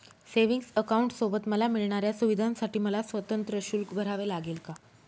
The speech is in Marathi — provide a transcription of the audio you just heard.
सेविंग्स अकाउंटसोबत मला मिळणाऱ्या सुविधांसाठी मला स्वतंत्र शुल्क भरावे लागेल का?